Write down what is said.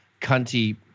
cunty